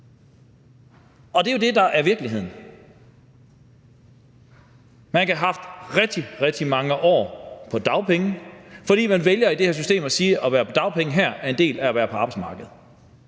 og det er jo det, der er virkeligheden. Nogen kan have haft rigtig, rigtig mange år på dagpenge, fordi man i det her system vælger at sige, at det at være på dagpenge er en del af det at være på arbejdsmarkedet.